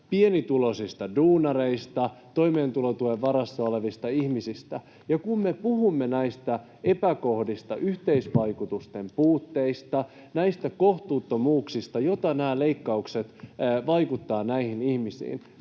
pienituloisista duunareista, toimeentulotuen varassa olevista ihmisistä — ja kun me puhumme näistä epäkohdista, yhteisvaikutusten puutteista, näistä kohtuuttomuuksista, joilla nämä leikkaukset vaikuttavat näihin ihmisiin,